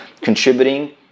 contributing